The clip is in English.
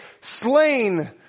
slain